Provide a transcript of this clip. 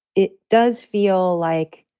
it does feel like